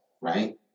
right